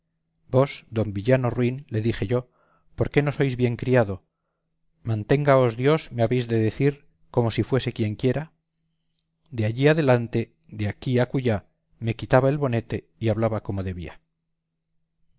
vos don villano ruin le dije yo por qué no sois bien criado manténgaos dios me habéis de decir como si fuese quienquiera de allí adelante de aquí acullá me quitaba el bonete y hablaba como debía